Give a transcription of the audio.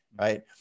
right